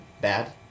Bad